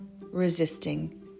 resisting